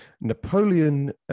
Napoleon